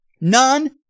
None